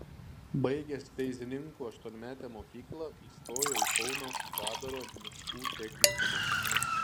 baigęs teizininkų aštuonmetę mokyklą įstojo į kauno kvedaro miškų technikumą